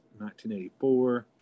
1984